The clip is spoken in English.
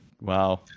wow